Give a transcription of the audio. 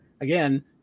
again